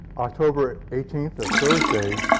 october eighteenth, a thursday,